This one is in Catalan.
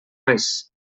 res